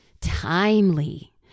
timely